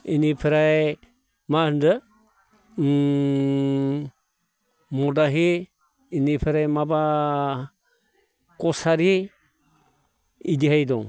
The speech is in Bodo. बिनिफ्राय मा होनदों मदाहि बेनिफ्राय माबा कछारि बिदिहाय दं